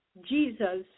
Jesus